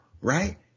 right